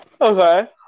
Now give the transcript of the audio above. Okay